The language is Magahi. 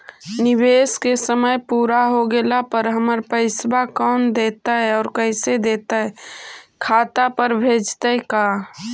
निवेश के समय पुरा हो गेला पर हमर पैसबा कोन देतै और कैसे देतै खाता पर भेजतै का?